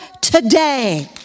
today